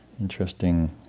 interesting